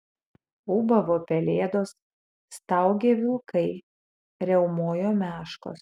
ūbavo pelėdos staugė vilkai riaumojo meškos